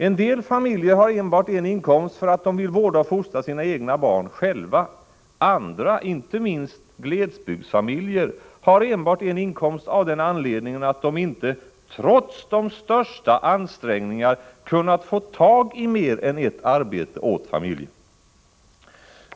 En del familjer har enbart en inkomst för att de vill vårda och fostra sina egna barn själva. Andra, inte minst glesbygdsfamiljer, har enbart en inkomst av den anledningen att de inte, trots de största ansträngningar, kunnat få tag i mer än ett arbete åt familjen.